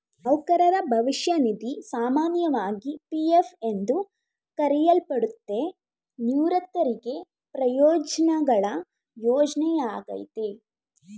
ನೌಕರರ ಭವಿಷ್ಯ ನಿಧಿ ಸಾಮಾನ್ಯವಾಗಿ ಪಿ.ಎಫ್ ಎಂದು ಕರೆಯಲ್ಪಡುತ್ತೆ, ನಿವೃತ್ತರಿಗೆ ಪ್ರಯೋಜ್ನಗಳ ಯೋಜ್ನೆಯಾಗೈತೆ